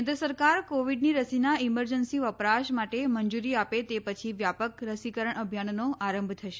કેન્દ્ર સરકાર કોવિડની રસીના ઈમરજન્સી વપરાશ માટે મંજૂરી આપે તે પછી વ્યાપક રસીકરણ અભિયાનનો આરંભ થશે